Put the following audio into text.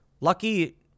Lucky